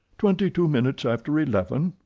twenty-two minutes after eleven,